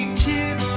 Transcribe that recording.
tip